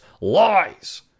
Lies